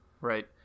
Right